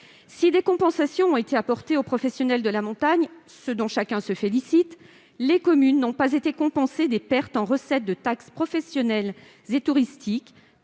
Si des compensations ont été apportées aux professionnels de la montagne, ce dont chacun se félicite, les communes n'ont pas été compensées des pertes de recettes de taxes professionnelle et touristique-